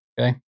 Okay